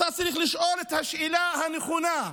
אתה צריך לשאול את השאלה הנכונה: